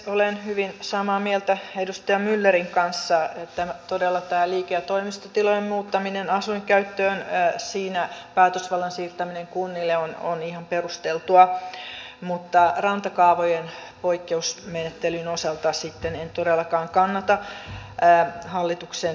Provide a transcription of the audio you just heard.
olen hyvin samaa mieltä edustaja myllerin kanssa että todella tässä liike ja toimistotilojen muuttamisessa asuinkäyttöön päätösvallan siirtäminen kunnille on ihan perusteltua mutta rantakaavojen poikkeusmenettelyn osalta sitten en todellakaan kannata hallituksen esitystä